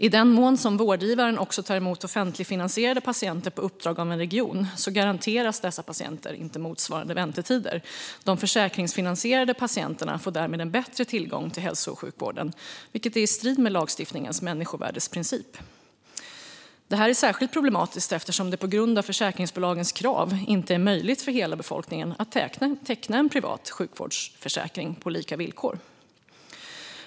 I den mån vårdgivaren också tar emot offentligfinansierade patienter på uppdrag av en region garanteras dessa patienter inte motsvarande väntetider. De försäkringsfinansierade patienterna får därmed en bättre tillgång till hälso och sjukvården, vilket står i strid med lagstiftningens människovärdesprincip. Detta är särskilt problematiskt eftersom det på grund av försäkringsbolagens krav inte är möjligt för hela befolkningen att teckna en privat sjukvårdsförsäkring på lika villkor.